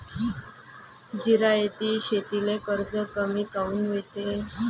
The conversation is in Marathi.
जिरायती शेतीले कर्ज कमी काऊन मिळते?